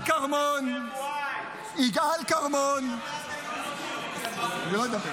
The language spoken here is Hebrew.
------ הסכם ואי --- יגאל כרמון --- אני לא אדבר.